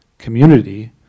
community